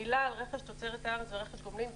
מילה על רכש תוצרת הארץ ורכש גומלין,